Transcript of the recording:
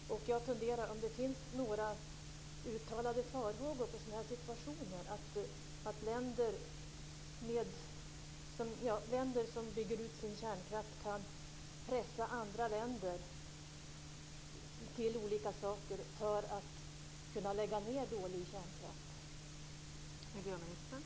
Jag funderar över om det finns några uttalade farhågor för sådana situationer, dvs. att länder som bygger ut sin kärnkraft pressar andra länder till olika saker för att kunna lägga ned dålig kärnkraft.